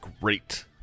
great